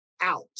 out